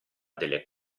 delle